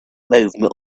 movement